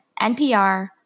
NPR